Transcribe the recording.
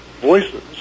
voices